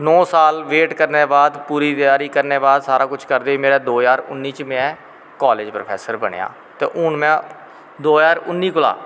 नौ साल वेट करनैं दै बाद सारी तैयारी करनैं दै बाद सारा कुश करदे होई दो ज्हार उन्नी च में कालेज़ प्रौफैसर बनेआ ते हून में दो ज्हार उन्नी कोला